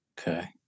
Okay